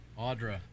Audra